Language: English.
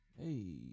Hey